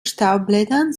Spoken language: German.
staubblättern